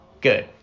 good